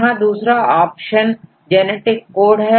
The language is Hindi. यहां दूसरा ऑप्शन जेनेटिक कोड है